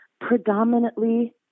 predominantly